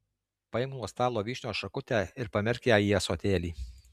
paimk nuo stalo vyšnios šakutę ir pamerk ją į ąsotėlį